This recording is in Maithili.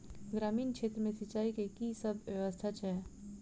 ग्रामीण क्षेत्र मे सिंचाई केँ की सब व्यवस्था छै?